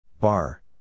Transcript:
Bar